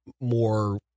more